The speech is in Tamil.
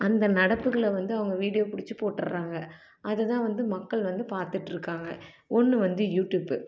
அந்த நடப்புகளை வந்து அவங்க வீடியோ பிடிச்சி போட்டுர்றாங்க அதை தான் வந்து மக்கள் வந்து பார்த்துட்ருக்காங்க ஒன்று வந்து யூட்யூப்பு